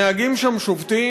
הנהגים שם שובתים.